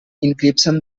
encryption